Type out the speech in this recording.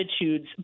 attitudes